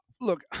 Look